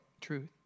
truth